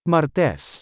Martes